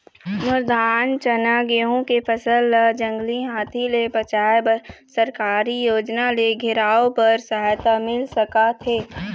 मोर धान चना गेहूं के फसल ला जंगली हाथी ले बचाए बर सरकारी योजना ले घेराओ बर सहायता मिल सका थे?